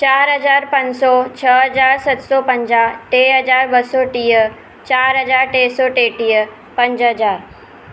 चारि हज़ार पंज सौ छह हज़ार सत सौ पंजाह टे हज़ार ॿ सौ टीह चारि हज़ार टे सौ टेटींह पंज हज़ार